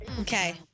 Okay